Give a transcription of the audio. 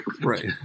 Right